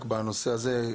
רק בנושא הזה,